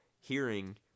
hearing